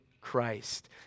Christ